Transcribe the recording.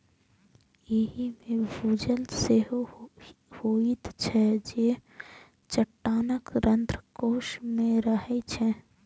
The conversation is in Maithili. एहि मे भूजल सेहो होइत छै, जे चट्टानक रंध्रकोश मे रहै छै